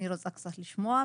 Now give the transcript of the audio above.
אני רוצה קצת לשמוע,